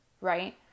right